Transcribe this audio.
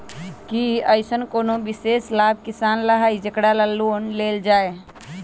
कि अईसन कोनो विशेष लाभ किसान ला हई जेकरा ला लोन लेल जाए?